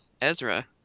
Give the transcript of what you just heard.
Ezra